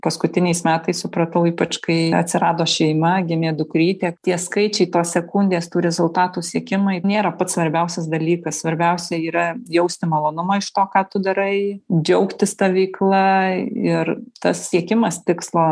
paskutiniais metais supratau ypač kai atsirado šeima gimė dukrytė tie skaičiai tos sekundės tų rezultatų siekimai nėra pats svarbiausias dalykas svarbiausia yra jausti malonumą iš to ką tu darai džiaugtis ta veikla ir tas siekimas tikslo